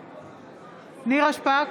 נגד נירה שפק,